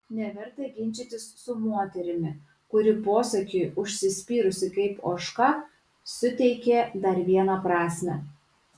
neverta ginčytis su moterimi kuri posakiui užsispyrusi kaip ožka suteikė dar vieną prasmę